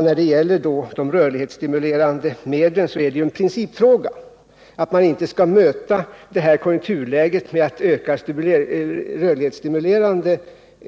När det gäller de rörlighetsstimulerande medlen är det en principfråga att man inte skall möta detta konjunkturläge med att öka de rörlighetsstimulerande